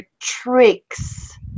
tricks